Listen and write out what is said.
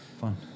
fun